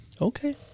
Okay